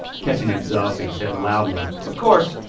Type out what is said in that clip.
catching himself, he said loudly. of course,